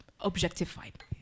objectified